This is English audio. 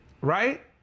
right